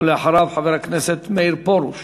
ואחריו, חבר הכנסת מאיר פרוש